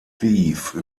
steve